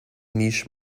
niche